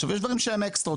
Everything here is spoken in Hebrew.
עכשיו יש דברים שהם אקסטרות,